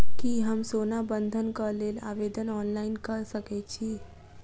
की हम सोना बंधन कऽ लेल आवेदन ऑनलाइन कऽ सकै छी?